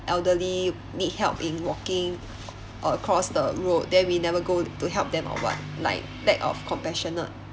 elderly need help in walking or cross the road then we never go to help them or what like lack of compassionate